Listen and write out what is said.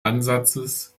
ansatzes